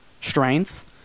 strength